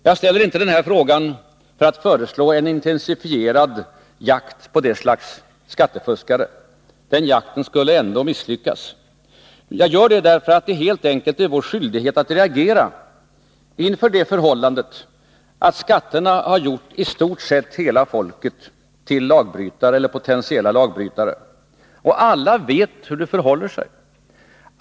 Jag ställer inte frågan för att föreslå en intensifierad jakt på detta slags skattefuskare — den jakten skulle ändå misslyckas —, utan jag gör det därför att det helt enkelt är vår skyldighet att reagera inför det förhållandet, att skatterna har gjort i stort sett hela folket till lagbrytare eller potentiella lagbrytare. Alla vet hur det förhåller sig.